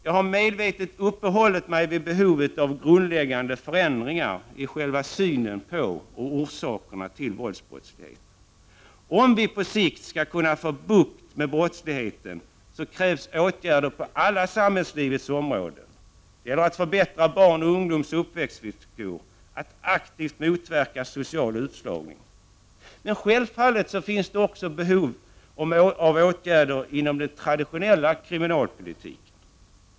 Jag har medvetet uppehållit mig vid behovet av grundläggande förändringar i själva synen på och orsakerna till våldsbrottsligheten. Om vi på sikt skall kunna få bukt med brottsligheten krävs åtgärder på alla samhällslivets områden. Det gäller att förbättra barns och ungdomars uppväxtvillkor, att aktivt motverka social utslagning. Men självfallet finns det också behov av åtgärder inom den traditionella kriminalpolitiken.